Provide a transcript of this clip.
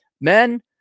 men